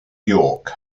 york